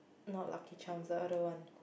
not lucky charms ah I don't want